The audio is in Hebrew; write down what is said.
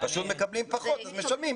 מקבלים פחות, אז משלמים פחות.